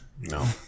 No